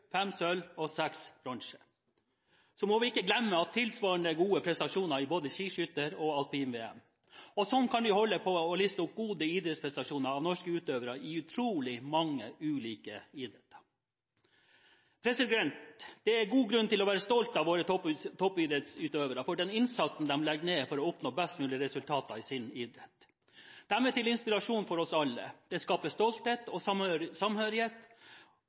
fem sølv og seks bronse. Så må vi ikke glemme tilsvarende gode prestasjoner i både skiskytter- og alpin-VM. Sånn kan vi holde på å liste opp gode idrettsprestasjoner av norske utøvere i utrolig mange ulike idretter. Det er god grunn til å være stolt av våre toppidrettsutøvere for den innsatsen de legger ned for å oppnå best mulig resultater i sin idrett. De er til inspirasjon for oss alle – det skaper stolthet og samhørighet